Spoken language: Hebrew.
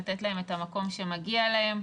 לתת להם את המקום שמגיע להם.